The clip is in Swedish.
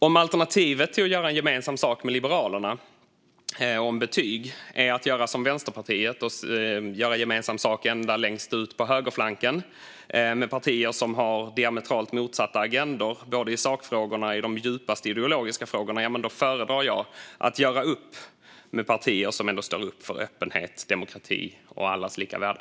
Om alternativet till att göra gemensam sak med Liberalerna om betyg är att göra som Vänsterpartiet och göra gemensam sak ända längst ute på högerflanken med partier som har diametralt motsatta agendor, både i sakfrågor och i de djupaste ideologiska frågorna, föredrar jag att göra upp med partier som står upp för öppenhet, demokrati och allas lika värde.